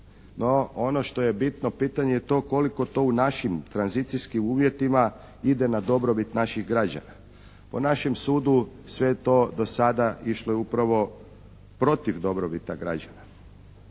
No ono što je bitno pitanje je to koliko to u našim tranzicijskim uvjetima ide na dobrobit naših građana. Po našem sudu sve to do sada išlo je upravo protiv dobroti građana.